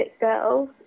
girls